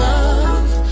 Love